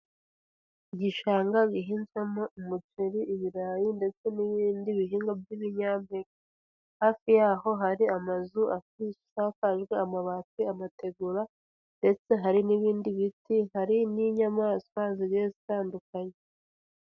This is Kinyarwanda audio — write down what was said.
Igishanga gihinzwamo umuceri ,ibirayi ndetse n'ibindi bihingwa by'ibinyampeke . Hafi y'aho hari amazu asakajwe amabati, amategura ndetse hari n'ibindi biti. Hari n'inyamaswa zigiye zitandukanye.